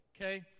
Okay